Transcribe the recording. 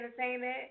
entertainment